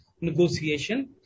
negotiation